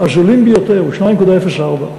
הזולים ביותר הוא 2.04,